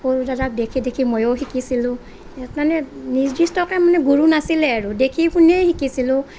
সৰু দাদাক দেখি দেখি ময়ো শিকিছিলোঁ সেই কাৰণে নিৰ্দিষ্টকে মানে গুৰু নাছিলে আৰু দেখি শুনিয়েই শিকিছিলোঁ